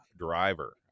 driver